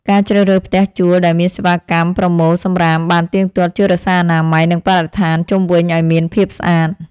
ការជ្រើសរើសផ្ទះជួលដែលមានសេវាកម្មប្រមូលសំរាមបានទៀងទាត់ជួយរក្សាអនាម័យនិងបរិស្ថានជុំវិញឱ្យមានភាពស្អាត។